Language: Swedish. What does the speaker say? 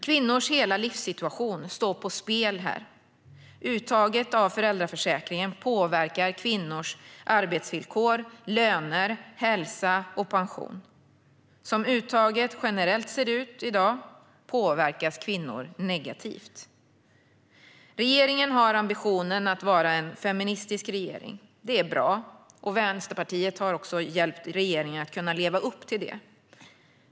Kvinnors hela livssituation står på spel här. Uttaget av föräldraförsäkringen påverkar kvinnors arbetsvillkor, löner, hälsa och pension. Som uttaget generellt ser ut i dag påverkas kvinnor negativt. Regeringen har ambitionen att vara en feministisk regering. Det är bra, och Vänsterpartiet har hjälpt regeringen att kunna leva upp till det.